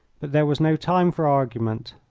but there was no time for argument.